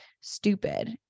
stupid